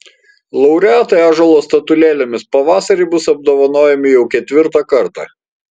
laureatai ąžuolo statulėlėmis pavasarį bus apdovanojami jau ketvirtą kartą